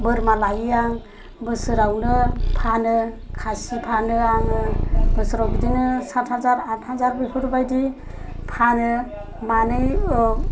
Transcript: बोरमा लायो आं बोसोरावनो फानो खासि फानो आङो बोसोराव बिदिनो सात हाजार आद हाजार बेफोरबायदि फानो मानै